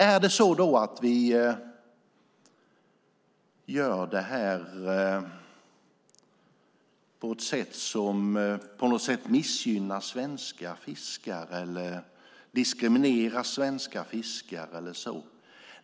Gör vi detta på ett sätt som på något sätt missgynnar eller diskriminerar svenska fiskare?